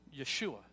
Yeshua